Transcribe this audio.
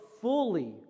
fully